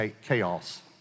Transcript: chaos